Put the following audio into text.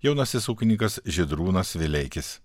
jaunasis ūkininkas žydrūnas vileikis